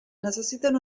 necessiten